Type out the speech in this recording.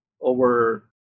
over